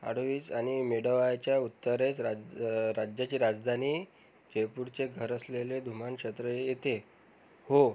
हाडोटी आणि मेवाडच्या उत्तरेस राज राज्याची राजधानी जयपूरचे घर असलेले धुंमान क्षेत्र हे येते हो